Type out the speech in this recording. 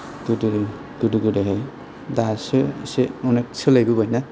गोदो गोदोदायहाय दासो इसे अनेख सोलायबोबाय ना